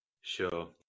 Sure